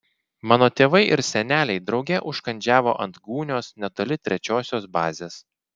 mano tėvai ir seneliai drauge užkandžiavo ant gūnios netoli trečiosios bazės